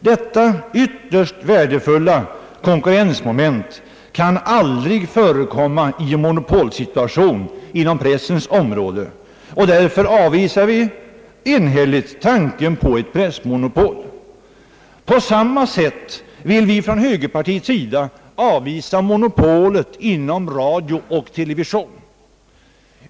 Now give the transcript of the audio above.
Detta ytterst värdefulla konkurrensmoment kan aldrig förekomma i en monopolsituation inom pressens område, och därför avvisar vi enhälligt tanken på ett pressmonopol. På samma sätt vill vi från högerpartiet avvisa monopolet inom radio och television.